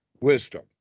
wisdom